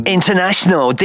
International